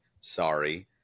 sorry